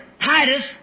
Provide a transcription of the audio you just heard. Titus